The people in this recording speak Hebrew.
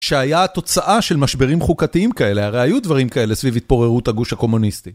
שהיה התוצאה של משברים חוקתיים כאלה, הרי היו דברים כאלה סביב התפוררות הגוש הקומוניסטי.